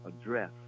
address